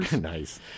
Nice